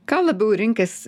ką labiau rinkęs